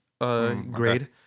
grade